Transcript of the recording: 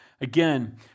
Again